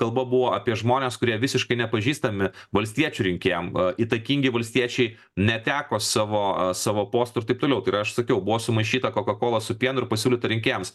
kalba buvo apie žmones kurie visiškai nepažįstami valstiečių rinkėjam įtakingi valstiečiai neteko savo savo posto ir taip toliau tai yra aš sakiau buvo sumaišyta kokakola su pienu ir pasiūlyti rinkėjams